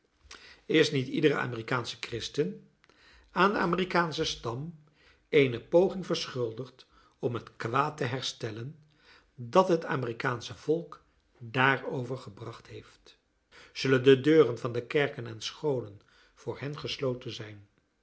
is niet ieder amerikaansche christen aan den amerikaanschen stam eene poging verschuldigd om het kwaad te herstellen dat het amerikaansche volk daarover gebracht heeft zullen de deuren van kerken en scholen voor hen gesloten zijn